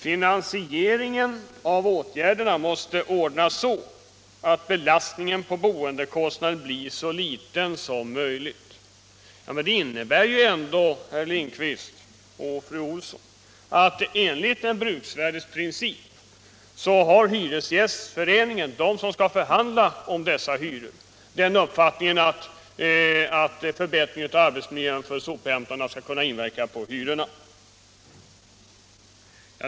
Finansieringen av åtgärderna måste ordnas så att belastningen på boendekostnaden blir så liten som möjligt.” Det innebär ändå, herr Lindkvist och fru Olsson, att enligt bruksvärdesprincipen har hyresgästföreningen, som skall förhandla om dessa hyror, den uppfattningen att förbättringen av arbetsmiljön för sophämtarna kan inverka på hyrorna.